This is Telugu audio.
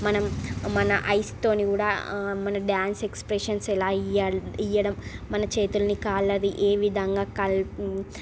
మనం మన ఐస్తో కూడా కూడా మన డాన్స్ ఎక్స్ప్రెషన్స్ ఎలా ఇ ఎలా ఇవ్వడం మన చేతులని కాళ్ళవి ఏ విదంగా కల్